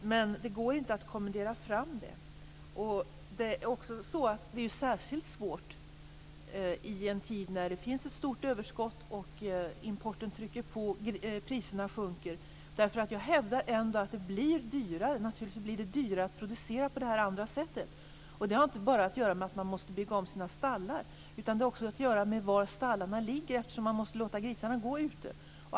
Men det går inte att kommendera fram detta. Det är också särskilt svårt i en tid när det finns ett stort överskott, importen trycker på och priserna sjunker. Jag hävdar att det naturligtvis blir dyrare att producera på det ekologiska sättet, och det har inte bara att göra med att man måste bygga om sina stallar. Det har också att göra med var stallarna ligger, eftersom man måste låta grisarna gå ute.